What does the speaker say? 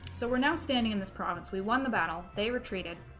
so we're now standing in this province we won the battle they retreated